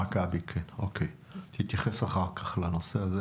מכבי, תתייחס אח"כ לנושא הזה